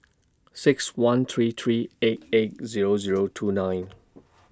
six one three three eight eight Zero Zero two nine